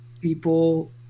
people